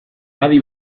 adi